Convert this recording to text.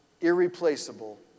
irreplaceable